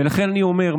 ולכן אני אומר,